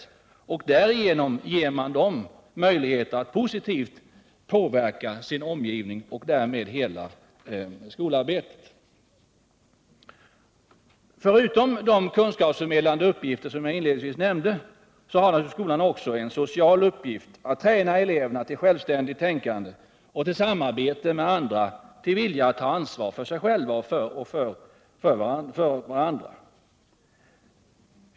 De får därigenom också möjligheter att positivt påverka sin omgivning och därmed hela skolarbetet. Förutom de kunskapsförmedlande uppgifter som jag inledningsvis nämnde har skolan också en social uppgift, nämligen att träna eleverna till självständigt tänkande, till samarbete med andra och till en vilja att ta ansvar för sig själva och för varandra.